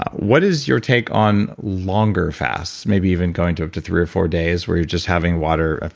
what is your take on longer fasts? maybe even going to up to three or four days where you're just having water.